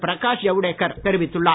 பிரகாஷ் ஜவுடேகர் தெரிவித்துள்ளார்